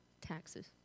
taxes